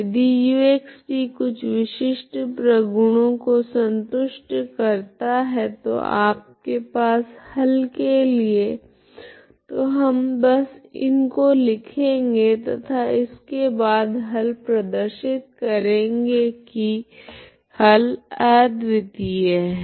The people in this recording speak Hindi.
यदि uxt कुछ विशिष्ट प्रगुणों को संतुष्ट करता है जो आपके पास हल के लिए है तो हम बस इनको लिखेगे तथा इसके बाद हल प्रदर्शित करेगे की हल अद्वितीय है